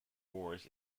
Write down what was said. ores